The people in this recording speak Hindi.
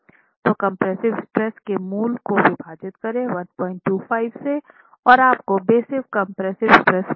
तो कंप्रेसिव स्ट्रेस के मूल्य को विभाजित करें 125 से और आपको बेसिक कंप्रेसिव स्ट्रेस मिलता है